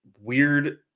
weird